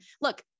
look